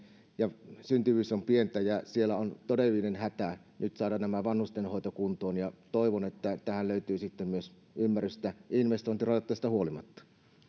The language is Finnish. ja syntyvyys on pientä ja siellä on todellinen hätä nyt saada tämä vanhustenhoito kuntoon ja toivon että tähän löytyy sitten myös ymmärrystä investointirajoitteista huolimatta